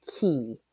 key